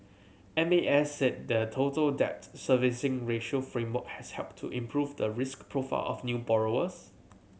M A S said the Total Debt Servicing Ratio framework has helped to improve the risk profile of new borrowers